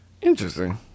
Interesting